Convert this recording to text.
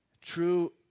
true